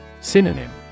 Synonym